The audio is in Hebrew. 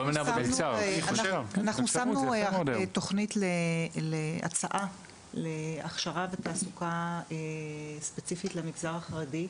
אנחנו שמנו תוכנית להצעה להכשרה ותעסוקה ספציפית למגזר החרדי,